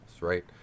right